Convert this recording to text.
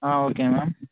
okay ma'am